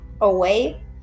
away